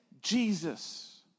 Jesus